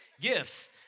gifts